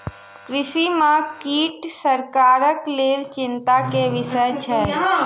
कृषि में कीट सरकारक लेल चिंता के विषय छल